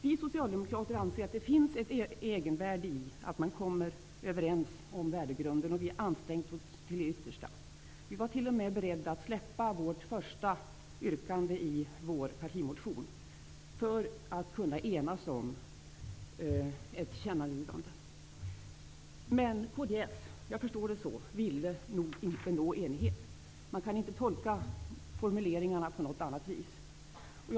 Vi socialdemokrater anser att det finns ett egenvärde i att man kommer överens om värdegrunden. Därför har vi ansträngt oss till det yttersta. Vi var t.o.m. beredda att släppa det första yrkandet i vår partimotion för att riksdagen skulle kunna bli enig om ett tillkännagivande. Men kds -- jag förstår det så -- ville inte att vi skulle uppnå enighet. Man kan inte tolka formuleringarna på något annat sätt.